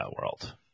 world